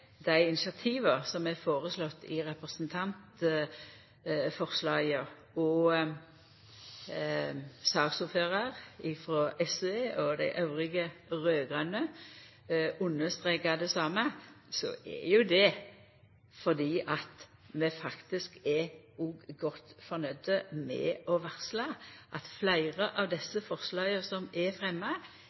dei initiativa som er føreslåtte i forslaga, og saksordføraren, frå SV, og dei andre raud-grøne partia strekar under det same, så er jo det fordi vi faktisk er godt fornøgde med å varsla at fleire av desse forslaga som er